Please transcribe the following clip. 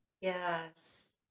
yes